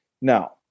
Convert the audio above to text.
Now